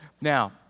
Now